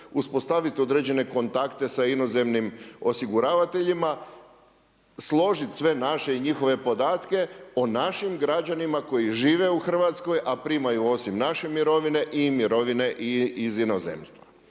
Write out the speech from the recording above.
uspostavit određene kontakte sa inozemnim osiguravateljima, složit sve naše i njihove podatke o našim građanima koji žive u Hrvatskoj, a primaju osim naše mirovine i mirovine iz inozemstva.